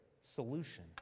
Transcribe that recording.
solution